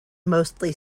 mostly